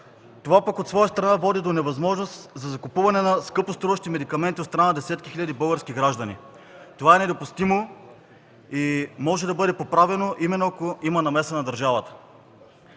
Това пък, от своя страна, води до невъзможност за закупуване на скъпоструващи медикаменти от страна на десетки хиляди български граждани. Това е недопустимо и може да бъде поправено именно ако има намеса на държавата.